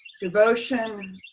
Devotion